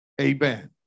amen